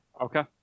Okay